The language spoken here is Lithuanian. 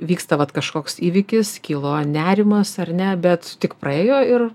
vyksta vat kažkoks įvykis kilo nerimas ar ne bet tik praėjo ir